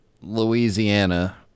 Louisiana